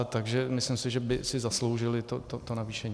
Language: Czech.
Takže si myslím, že by si zasloužili to navýšení.